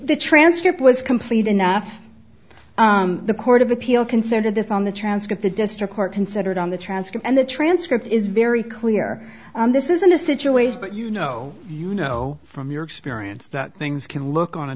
the transcript was complete enough the court of appeal considered this on the transcript the district court considered on the transcript and the transcript is very clear this isn't a situation but you know you know from your experience that things can look on a